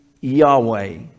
Yahweh